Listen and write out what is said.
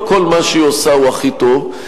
לא כל מה שהיא עושה הוא הכי טוב,